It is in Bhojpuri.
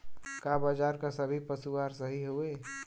का बाजार क सभी पशु आहार सही हवें?